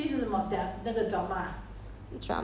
but that one is not 戏剧 [what]